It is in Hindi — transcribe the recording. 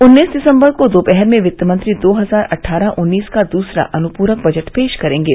उन्नीस दिसम्बर को दोपहर में वित्त मंत्री रो हजार अट्ठारह उन्नीस का दूसरा अनुपूरक बजट पेश करेंगे